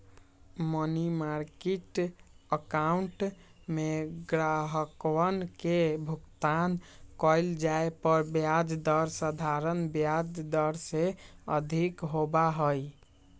money market account में ग्राहकवन के भुगतान कइल जाये पर ब्याज दर साधारण ब्याज दर से अधिक होबा हई